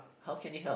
how can you help